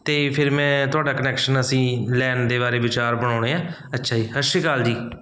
ਅਤੇ ਫਿਰ ਮੈਂ ਤੁਹਾਡਾ ਕਨੈਕਸ਼ਨ ਅਸੀਂ ਲੈਣ ਦੇ ਬਾਰੇ ਵਿਚਾਰ ਬਣਾਉਂਦੇ ਹਾਂ ਅੱਛਾ ਜੀ ਸਤਿ ਸ਼੍ਰੀ ਅਕਾਲ ਜੀ